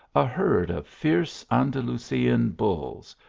a herd of fierce an dalusian bulls,